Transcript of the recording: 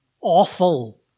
awful